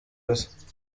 ubusa